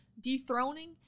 dethroning